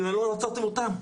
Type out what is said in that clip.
למה לא עצרתם אותם?